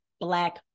black